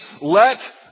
let